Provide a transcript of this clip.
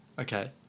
Okay